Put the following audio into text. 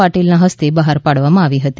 પાટિલના હસ્તે બહાર પાડવામાં આવી હતી